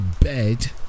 bed